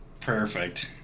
Perfect